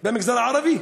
במגזר הערבי,